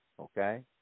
Okay